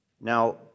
Now